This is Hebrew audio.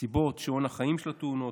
הסיבות: שעון החיים של התאונות,